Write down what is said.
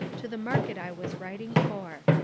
to the market i was writing for.